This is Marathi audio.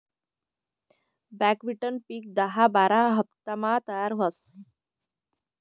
बकव्हिटनं पिक दहा बारा हाफतामा तयार व्हस